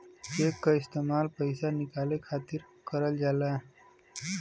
check क इस्तेमाल पइसा निकाले खातिर करल जाला